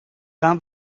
vins